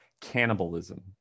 cannibalism